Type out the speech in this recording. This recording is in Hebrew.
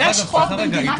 יש חוק במדינת ישראל.